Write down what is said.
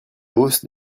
hausse